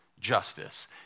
justice